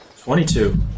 22